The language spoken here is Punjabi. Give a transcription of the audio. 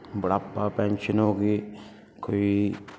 ਬੁੜਾਪਾ ਪੈਨਸ਼ਨ ਹੋ ਗਏ ਕੋਈ